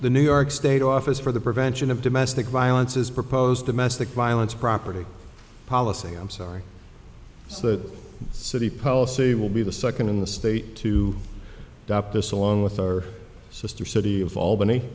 the new york state office for the prevention of domestic violence as proposed domestic violence property policy i'm sorry so that city policy will be the second in the state to adopt this along with our sister city of albany